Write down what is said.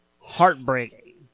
Heartbreaking